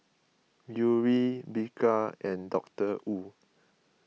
Yuri Bika and Doctor Wu